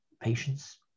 patients